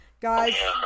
Guys